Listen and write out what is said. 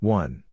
one